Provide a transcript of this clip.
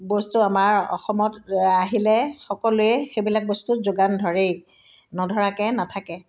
বস্তু আমাৰ অসমত আহিলে সকলোৱে সেইবিলাক বস্তু যোগান ধৰেই নধৰাকৈ নাথাকে